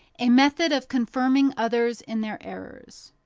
a method of confirming others in their errors.